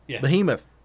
Behemoth